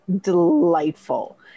delightful